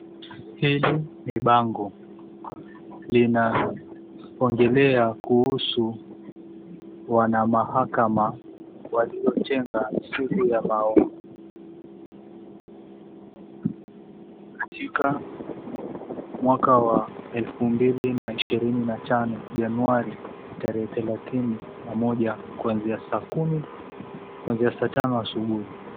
Hili ni bango linaongelea kuhusu wana mahakama waliotenga siku ya maombi. Katika mwaka wa 2025 Januari tarehe 31 kuanzia saa kumi kuanzia saa tano asubuhi.